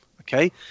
Okay